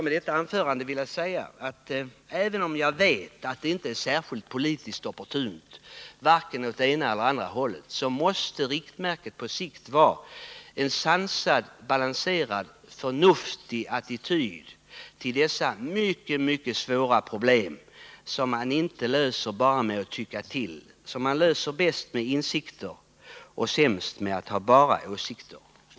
Med detta anförande har jag velat säga att, även om jag vet att det inte är särskilt politiskt opportunt, varken åt det ena eller det andra hållet, riktmärket på sikt måste vara en sansad, balanserad och förnuftig attityd till dessa mycket svåra problem, som man inte löser bara genom att tycka till, som man löser bäst med insikter och sämst med bara åsikter.